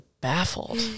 baffled